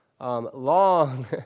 Long